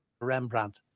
Rembrandt